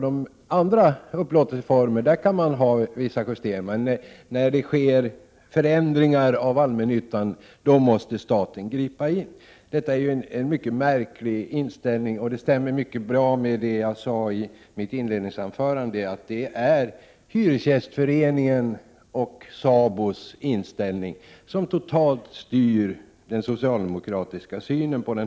Beträffande upplåtelseformer kan det, menar han, göras vissa justeringar, men blir det fråga om ändringar av allmännyttan måste staten gripa in. Detta är en mycket märklig inställning och stämmer mycket bra med vad jag sade i mitt inledningsanförande, nämligen att det är hyresgästföreningens och SABO:s inställning som helt styr socialdemokraternas syn.